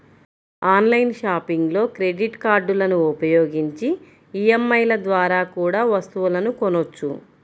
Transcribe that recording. online షాపింగ్లో credit కార్డులని ఉపయోగించి ఈ.ఎం.ఐ ద్వారా కూడా వస్తువులను కొనొచ్చు